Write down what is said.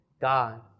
God